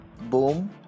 Boom